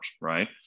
right